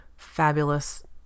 fabulous